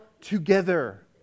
together